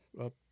up